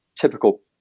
typical